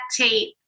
tape